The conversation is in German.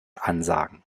ansagen